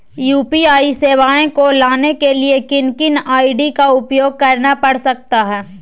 UPI सेवाएं को लाने के लिए किन किन आई.डी का उपयोग करना पड़ सकता है?